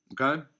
Okay